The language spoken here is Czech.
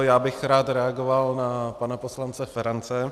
Já bych rád reagoval na pana poslance Ferance.